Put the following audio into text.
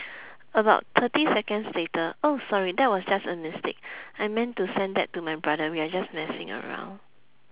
about thirty seconds later oh sorry that was just a mistake I meant to send that to my brother we're just messing around